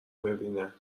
ببینه